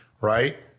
right